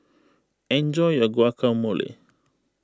enjoy your Guacamole